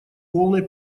полной